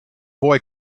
boy